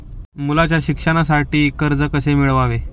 मुलाच्या शिक्षणासाठी कर्ज कसे मिळवावे?